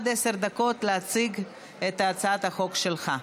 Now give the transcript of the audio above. עד עשר דקות להציג את הצעת החוק שלך.